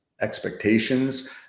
expectations